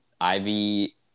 Ivy